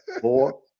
four